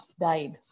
died